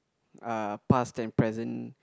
uh past and present